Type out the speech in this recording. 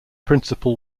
principal